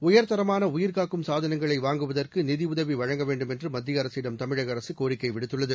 உயர்தரமான உயிர்காக்கும் சாதனங்களை வாங்குவதற்கு நிதியுதவி வழங்க வேண்டும் என்று மத்திய அரசிடம் தமிழக அரசு கோரிக்கை விடுத்துள்ளது